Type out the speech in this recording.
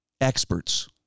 experts